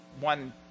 one